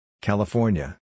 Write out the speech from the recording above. California